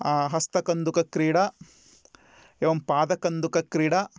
हस्तकन्दुकक्रीडा एवं पादकन्दुकक्रीडा